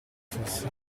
fosse